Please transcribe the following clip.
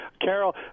Carol